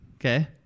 okay